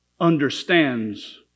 understands